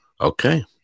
okay